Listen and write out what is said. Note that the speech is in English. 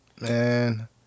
Man